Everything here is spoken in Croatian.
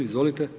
Izvolite.